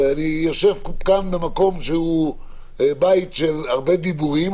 ואני יושב כאן במקום שהוא בית של הרבה דיבורים,